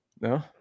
No